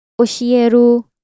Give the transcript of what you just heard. Oshieru